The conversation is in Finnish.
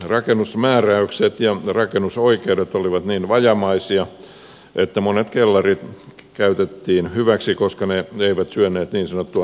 rakennusmääräykset ja rakennusoikeudet olivat niin vajavaisia että monet kellarit käytettiin hyväksi koska ne eivät syöneet niin sanottua rakennusoikeutta